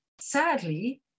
sadly